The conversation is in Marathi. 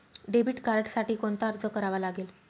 डेबिट कार्डसाठी कोणता अर्ज करावा लागेल?